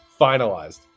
finalized